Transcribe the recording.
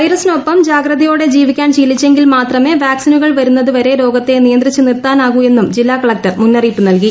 വൈറസിനൊപ്പം ജാഗ്രതയോടെ ജീവിക്കാൻ ശീലിച്ചെങ്കിൽ മാത്രമേ വാക്സിനുകൾ വരുന്നതു വരെ രോഗത്തെ നിയന്തിച്ചു നിർത്താനാാകൂ എന്നും ജില്ലാ കളക്ടർ മുന്നറിയിപ്പ് നൽകി